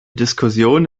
diskussion